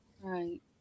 right